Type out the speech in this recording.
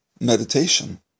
meditation